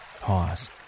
pause